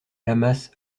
lamas